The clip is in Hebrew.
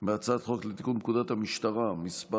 בהצעת חוק לתיקון פקודת המשטרה (מס'